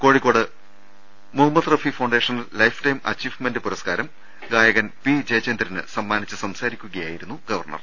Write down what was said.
Kozhikode Muhammad Rafi foundation lifetime achievement പുരസ്കാരം ഗായകൻ P ജയചന്ദ്രന് സമ്മാനിച്ച് സംസാരിക്കുകയായിരുന്നു ഗവർണർ